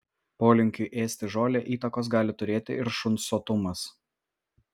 polinkiui ėsti žolę įtakos gali turėti ir šuns sotumas